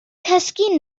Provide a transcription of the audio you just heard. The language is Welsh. cysgu